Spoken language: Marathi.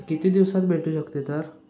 किती दिवसात भेटू शकते तर